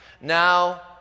Now